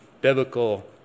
biblical